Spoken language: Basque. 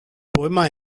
poema